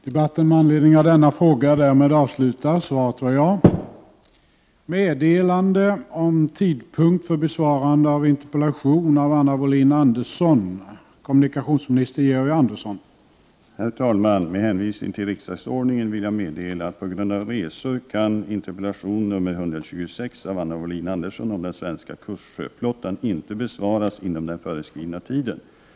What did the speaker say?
Herr talman! Med hänvisning till riksdagsordningen vill jag meddela att interpellation 1988/89:126 om den svenska kustsjöfartsflottan, som ställts av Anna Wohlin-Andersson, inte kan besvaras inom den föreskrivna tiden på grund av resor.